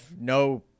no